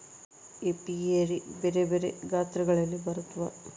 apiary ಬೆರೆ ಬೆರೆ ಗಾತ್ರಗಳಲ್ಲಿ ಬರುತ್ವ